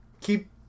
keep